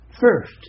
first